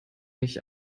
nicht